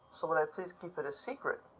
so would i please keep it a secret.